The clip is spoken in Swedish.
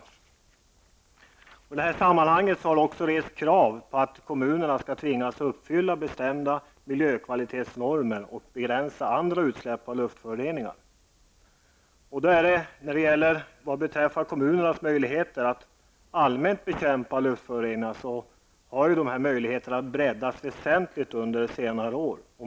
Det har i detta sammanhang också rests krav på att kommunerna skall tvingas uppfylla bestämda miljökvalitetsnormer och begränsa andra utsläpp av luftföroreningar. Kommunernas möjligheter att allmänt bekämpa luftföroreningar har också breddats väsentligt under senare år.